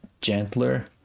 gentler